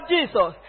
Jesus